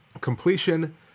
completion